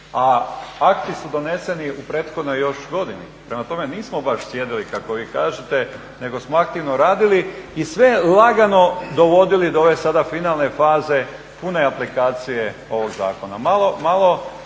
a akti su doneseni u prethodnoj još godini, prema tome nismo baš sjedili kako vi kažete, nego smo aktivno radili i sve lagano dovodili do ove sada finalne faze, pune aplikacije ovog zakona.